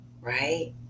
right